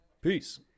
Peace